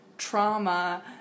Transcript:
trauma